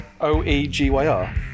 O-E-G-Y-R